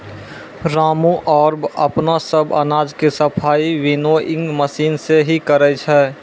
रामू आबॅ अपनो सब अनाज के सफाई विनोइंग मशीन सॅ हीं करै छै